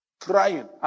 crying